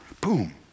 boom